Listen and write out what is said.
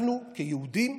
אנחנו כיהודים,